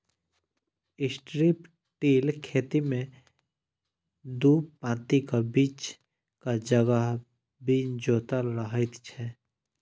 strip till खेती मे दू पाँतीक बीचक जगह बिन जोतल रहैत छै